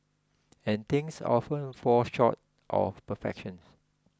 and things often fall short of perfection